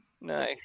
no